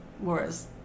whereas